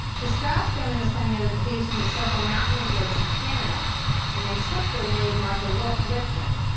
the strauss family was planning a vacation to several mountain resorts in canada and they took their maid martha wolfe with them.